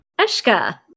Eshka